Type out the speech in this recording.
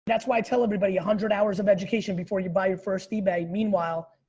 that's why i tell everybody a hundred hours of education before you buy your first ebay. meanwhile,